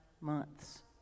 months